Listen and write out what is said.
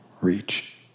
reach